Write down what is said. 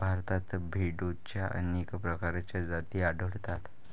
भारतात भेडोंच्या अनेक प्रकारच्या जाती आढळतात